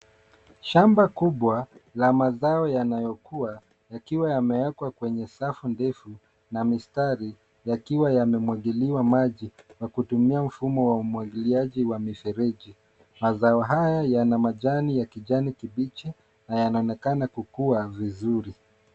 Shamba kubwa la mazao yanayokuwa yakiwa yameekwa kwenye safu ndefu na mistari yakiwa yanamwagiliwa maji kwa kutumia mfumo wa umwagiliaji wa mifereji. Mazao haya yana majani ya kijani kibichi na yanaonekana kuwa vizuri.